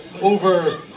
over